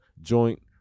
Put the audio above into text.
joint